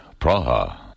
Praha